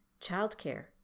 Childcare